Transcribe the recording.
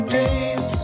days